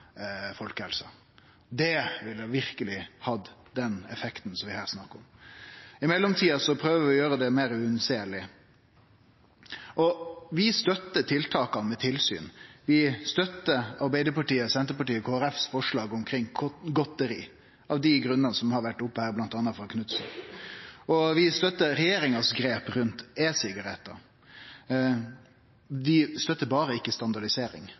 folkehelsa. Det ville verkeleg hatt den effekten vi snakkar om her. I mellomtida prøver vi å gjere det meir unnseleg. Vi støttar tiltaka med tilsyn. Vi støttar Arbeidarpartiets, Senterpartiets og Kristeleg Folkepartis forslag om godteri, av dei grunnane som har vore tatt opp her bl.a. frå Knutsen. Vi støttar òg regjeringas grep rundt e-sigarettar. Vi støttar berre ikkje